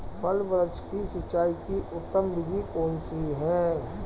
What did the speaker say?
फल वृक्ष की सिंचाई की उत्तम विधि कौन सी है?